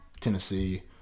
Tennessee –